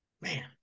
Man